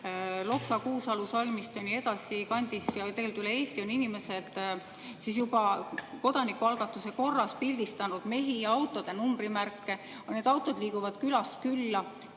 Loksa, Kuusalu, Salmistu kandis ja nii edasi. Ja tegelikult üle Eesti on inimesed juba kodanikualgatuse korras pildistanud mehi ja autode numbrimärke. Need autod liiguvad külast külla.